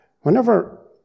Whenever